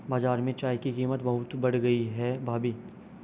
बाजार में चाय की कीमत बहुत बढ़ गई है भाभी